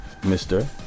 Mr